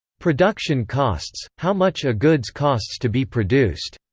production costs how much a goods costs to be produced.